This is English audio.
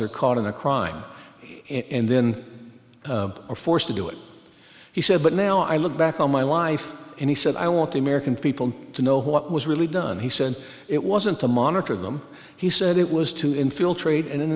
they're caught in a crime in then are forced to do it he said but now i look back on my life and he said i want american people to know what was really done he said it wasn't to monitor them he said it was to infiltrate and